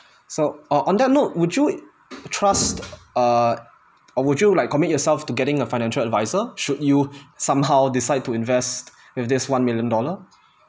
so o~ on that note would you trust err or would you like commit yourself to getting a financial advisor should you somehow decide to invest with this one million dollar